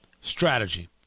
strategy